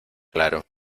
claro